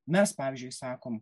mes pavyzdžiui sakom